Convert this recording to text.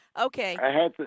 Okay